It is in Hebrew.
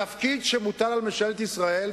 התפקיד שמוטל על ממשלת ישראל,